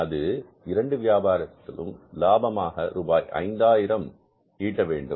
அது 2 வியாபாரத்திலும் லாபமாக ரூபாய் 5 ஆயிரம் ஈட்ட வேண்டும்